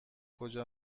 کجا